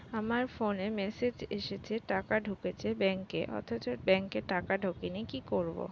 আমার ফোনে মেসেজ এসেছে টাকা ঢুকেছে ব্যাঙ্কে অথচ ব্যাংকে টাকা ঢোকেনি কি করবো?